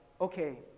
okay